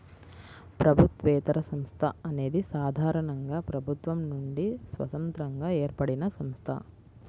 ప్రభుత్వేతర సంస్థ అనేది సాధారణంగా ప్రభుత్వం నుండి స్వతంత్రంగా ఏర్పడినసంస్థ